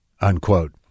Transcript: Unquote